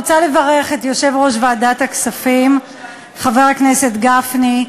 אחריה, חבר הכנסת אילן גילאון.